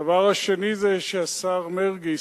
הדבר השני זה שהשר מרגי,